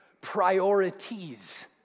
priorities